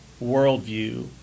worldview